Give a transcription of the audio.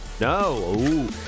No